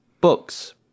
books